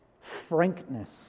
frankness